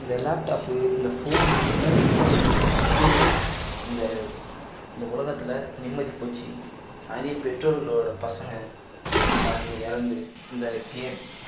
இந்த லேப்டாப்பு இந்த ஃபோன்னு இதெல்லாம் எப்போ வந்துச்சோ அப்போயே இந்த இந்த உலகத்தில் நிம்மதிப்போச்சு நிறைய பெற்றோர்களோட பசங்க தூக்குமாட்டிகின்னு இறந்து இந்த கேம்